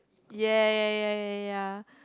ya ya ya ya ya